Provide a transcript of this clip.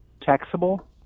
taxable